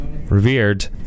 revered